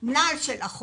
נעל של אחוז.